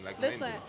Listen